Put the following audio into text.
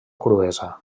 cruesa